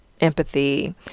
empathy